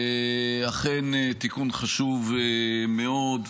אכן תיקון חשוב מאוד,